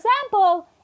example